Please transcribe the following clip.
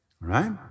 Right